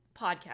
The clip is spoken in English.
podcast